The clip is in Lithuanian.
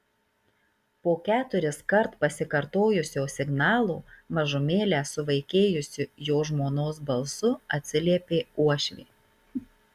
po keturiskart pasikartojusio signalo mažumėlę suvaikėjusiu jo žmonos balsu atsiliepė uošvė